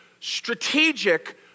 strategic